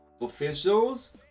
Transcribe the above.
Officials